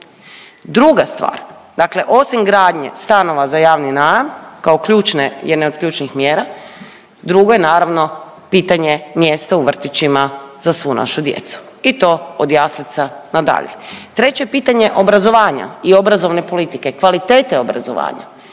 Druga stvar, dakle osim gradnje stanova za javni najam kao ključne, jedne od ključnih mjera, drugo je naravno pitanje mjesta u vrtićima za svu našu djecu i to od jaslica nadalje. Treće pitanje je obrazovanja i obrazovne politike, kvalitete obrazovanja.